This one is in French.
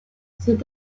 cet